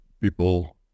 people